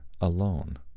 alone